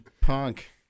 Punk